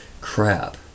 crap